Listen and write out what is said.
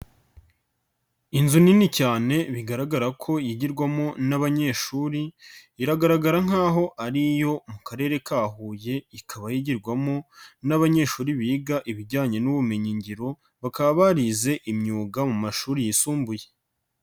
Inzu nini cyane bigaragara ko yigirwamo n'abanyeshuri, iragaragara nk'aho ari iyo mu Karere ka Huye, ikaba yigirwamo n'abanyeshuri biga ibijyanye n'ubumenyingiro, bakaba barize imyuga mu mashuri yisumbuye.